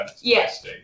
yes